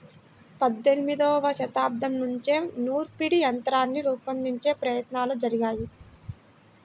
పద్దెనిమదవ శతాబ్దం నుంచే నూర్పిడి యంత్రాన్ని రూపొందించే ప్రయత్నాలు జరిగాయి